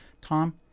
Tom